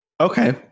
okay